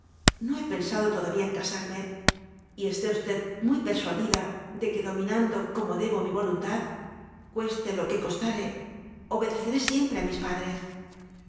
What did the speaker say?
no he p ibldo lotlalia en ca a nnc y esté muy pcrsuaditla de que dominandü como debo mi l'olunlad cueste lo que costare obedeceré si á mis patl